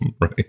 right